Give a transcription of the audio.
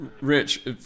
Rich